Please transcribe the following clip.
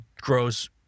grows